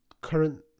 current